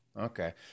Okay